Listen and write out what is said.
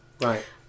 Right